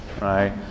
right